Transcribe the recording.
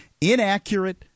inaccurate